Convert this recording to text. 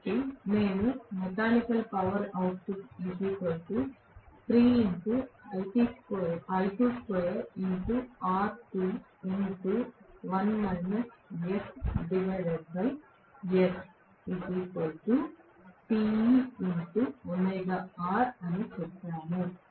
కాబట్టి మేము అని చెప్పాము